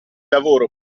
lavoro